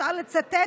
אפשר לצטט,